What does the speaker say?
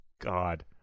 God